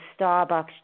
starbucks